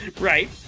Right